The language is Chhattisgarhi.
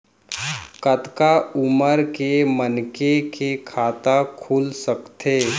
कतका उमर के मनखे के खाता खुल सकथे?